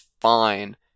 fine